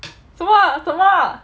什么什么